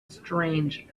strange